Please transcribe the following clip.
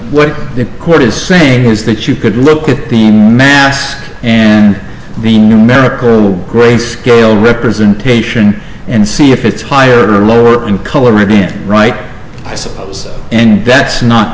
what the court is saying is that you could look at the math and the numeric earl grey scale representation and see if it's higher or lower in color or being right i suppose and that's not